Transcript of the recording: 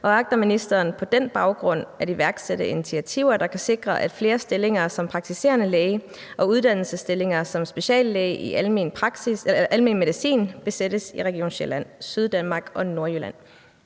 og agter ministeren på den baggrund at iværksætte initiativer, der kan sikre, at flere stillinger som praktiserende læge og uddannelsesstillinger som speciallæge i almen medicin besættes i Region Sjælland, Syddanmark og Nordjylland?